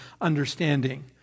understanding